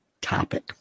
topic